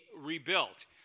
rebuilt